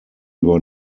were